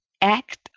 act